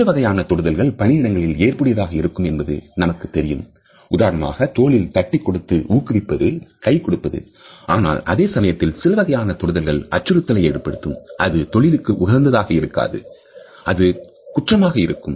சில வகையான தொடுதல்கள் பணியிடங்களில் ஏற்புடையதாக இருக்கும் என்பது நமக்குத் தெரியும் உதாரணமாக தோள்களில் தட்டிக்கொடுத்து ஊக்குவிப்பது கை கொடுப்பது ஆனால் அதே சமயத்தில் சில வகையான தொடுதல்கள் அச்சுறுத்தலை ஏற்படுத்தும் அது தொழிலுக்கு உகந்ததாக இருக்காது அது குற்றமாக இருக்கும்